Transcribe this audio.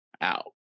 out